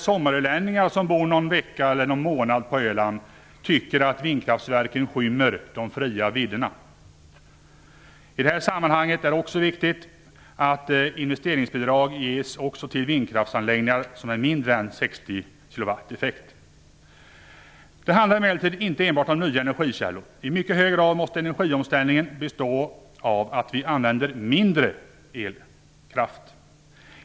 "Sommarölänningar" däremot som bor någon vecka eller månad på Öland tycker att vindkraftverken skymmer "de fria vidderna". I det här sammanhanget är det också viktigt att investeringsbidrag ges även till vindkraftsanläggningar som har en effekt på mindre än 60 kWh. Det handlar emellertid inte enbart om nya energikällor. I mycket hög grad måste energiomställningen bestå i att vi använder mindre elkraft.